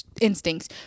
instincts